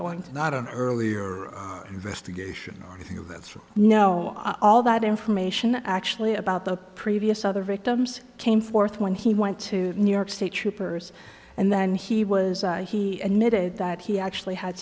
going to got an earlier investigation that's know all that information actually about the previous other victims came forth when he went to new york state troopers and then he was he admitted that he actually had